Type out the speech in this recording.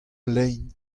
lein